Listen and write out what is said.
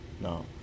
No